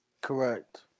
Correct